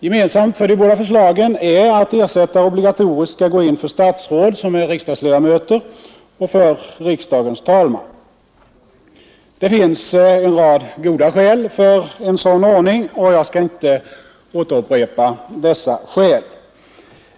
Gemensamt för de båda förslagen är att ersättare obligatoriskt skall gå in för statsråd som är riksdagsledamöter och för riksdagens talman. Det finns en rad goda skäl för en sådan ordning, och jag skall inte återupprepa dessa.